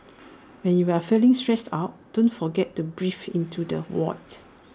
when you are feeling stressed out don't forget to breathe into the void